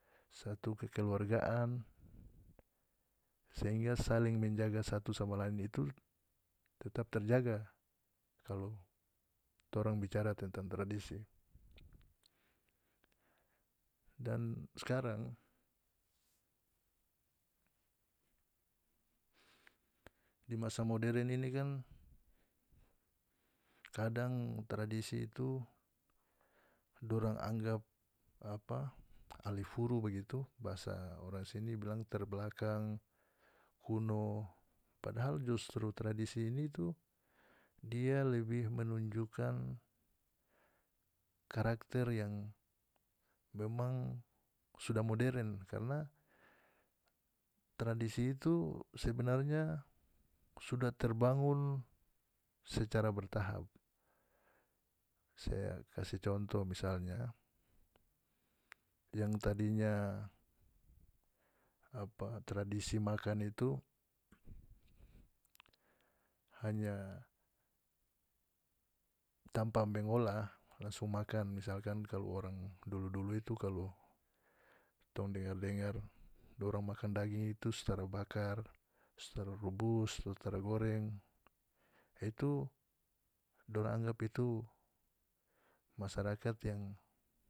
Satu kekeluargaan sehingga saling menjaga satu sama lain itu tetap terjaga kalau torang bicara tentang tradisi dan skarang di masa modern ini kan kadang tradisi itu dorang angggap apa alifuru bagitu bahasa orang sini bilang terbelakang kuno padahal justru tradisi ini tu dia lebih menunjukkan karakter yang memang sudah modern karna tradisi itu sebenarnya sudah terbangun secara bertahap saya kase contoh misalnya yang tadinya apa tradisi makan itu hanya tampa mengola langsung makan misalkan kalu orang dulu-dulu itu kalu tong dengar-dengar dong makan daging itu so tara bakar so tara rubus so tara goreng itu dorang anggap itu masyarakat yang.